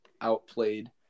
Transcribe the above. outplayed